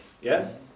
yes